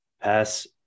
Pass